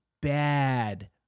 bad